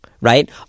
right